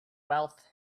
wealth